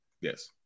yes